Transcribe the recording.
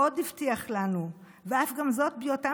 ועוד הבטיח לנו: "ואף גם זאת בהיותם